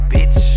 Bitch